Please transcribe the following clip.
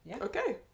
okay